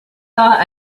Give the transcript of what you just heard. thought